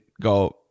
go